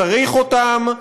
צריך אותם.